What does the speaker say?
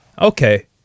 okay